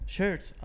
Shirts